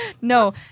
No